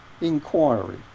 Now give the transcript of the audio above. inquiry